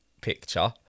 picture